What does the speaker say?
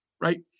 right